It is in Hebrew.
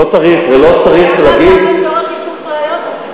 מעקב אחרי הפייסבוק שלהם לצורך איסוף ראיות,